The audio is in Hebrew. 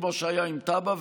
כמו שהיה עם טאבה,